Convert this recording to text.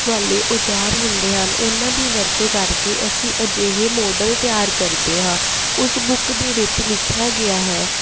ਵਾਲੇ ਔਜਾਰ ਹੁੰਦੇ ਹਨ ਉਹਨਾਂ ਦੀ ਵਰਤੋਂ ਕਰਕੇ ਅਸੀਂ ਅਜਿਹੇ ਮੋਡਲ ਤਿਆਰ ਕਰਦੇ ਹਾਂ ਉਸ ਬੁੱਕ ਦੇ ਵਿੱਚ ਲਿਖਿਆ ਗਿਆ ਹੈ